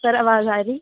sir अवाज़ आ दी